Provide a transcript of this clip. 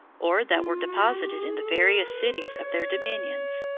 or that were deposited in the various cities of their dominions,